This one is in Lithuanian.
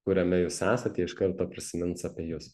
kuriame jūs esat jie iš karto prisimins apie jus